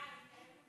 אתה מתעלם בכוונה?